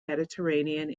mediterranean